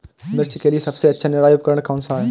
मिर्च के लिए सबसे अच्छा निराई उपकरण कौनसा है?